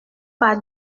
par